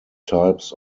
types